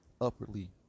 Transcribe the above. upwardly